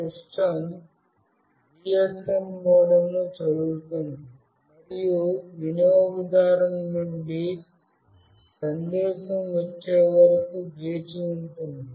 system GSM మోడెమ్ను చదువుతుంది మరియు వినియోగదారు నుండి సందేశం వచ్చే వరకు వేచి ఉంటుంది